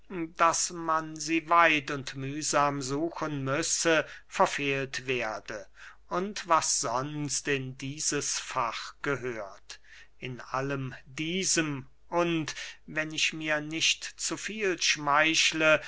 daß man sie weit und mühsam suchen müsse verfehlt werde und was sonst in dieses fach gehört in allem diesem und wenn ich mir nicht zu viel